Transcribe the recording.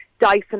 Dyson